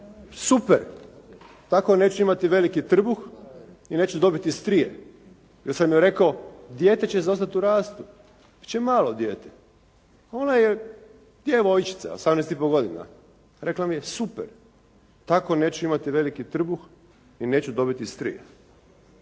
super. Tako neću imati veliki trbuh i neću dobiti strije». Jer sam joj rekao: «Dijete će zaostati u rastu. Bit će malo dijete.» Ona je djevojčica, 18 i po godina. Rekla mi je: «Super. Tako neću imati veliki trbuh i neću dobiti strije.»